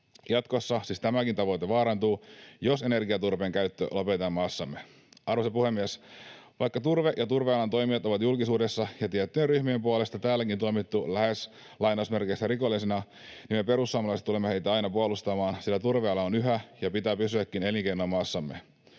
Jatkossa siis tämäkin tavoite vaarantuu, jos energiaturpeen käyttö lopetetaan maassamme. Arvoisa puhemies! Vaikka turve ja turvealan toimijat ovat julkisuudessa ja tiettyjen ryhmien puolesta täälläkin tuomittu lähes ”rikollisina”, niin me perussuomalaiset tulemme heitä aina puolustamaan, sillä turveala on yhä elinkeino ja pitää pysyäkin elinkeinona maassamme.